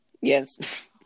Yes